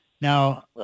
Now